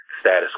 status